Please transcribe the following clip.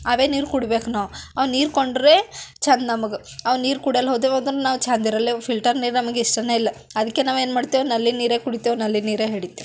ಅವೇ ನೀರು ಕುಡಿಬೇಕು ನಾವು ಅವು ನೀರ್ಕೊಂಡ್ರೆ ಚಂದ ನಮಗೆ ಅವು ನೀರು ಕುಡಿಯಲ್ಲ ಹೋದೆವೋದ್ರ ನಾವು ಚಂದ ಇರಲ್ಲೆವ ಫಿಲ್ಟರ್ ನೀರು ನಮಗೆ ಇಷ್ಟಾನೇ ಇಲ್ಲ ಅದಕ್ಕೆ ನಾವು ಏನು ಮಾಡ್ತೇವೆ ನಲ್ಲಿ ನೀರೇ ಕುಡಿತೇವೆ ನಲ್ಲಿ ನೀರೇ ಹಿಡಿತೇವೆ